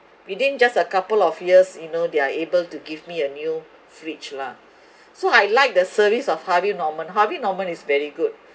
within just a couple of years you know they are able to give me a new fridge lah so I like the service of harvey norman harvey norman is very good